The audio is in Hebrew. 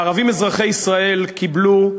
הערבים אזרחי ישראל קיבלו,